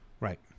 Right